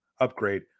upgrade